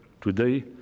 today